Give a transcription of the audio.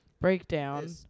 breakdown